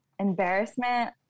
embarrassment